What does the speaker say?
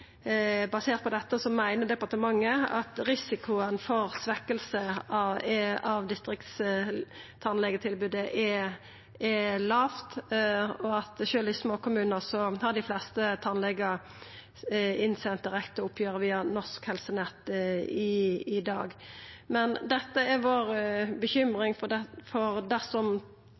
Basert på dette meiner departementet at risikoen for svekking av distriktstannlegetilbodet er lågt, og at sjølv i småkommunar sender dei fleste tannlegar i dag inn oppgjeret direkte via Norsk Helsenett. Men dette er vår bekymring, for dersom tannlegetilbodet vert svekt i distrikta, er det